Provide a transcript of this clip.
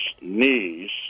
knees